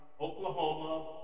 Oklahoma